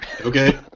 Okay